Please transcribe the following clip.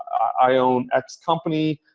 i own x company.